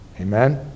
Amen